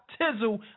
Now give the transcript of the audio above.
tizzle